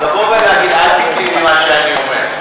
אז לבוא ולהגיד, אל תיפלי ממה שאני אומר.